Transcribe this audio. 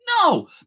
No